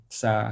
sa